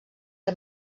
que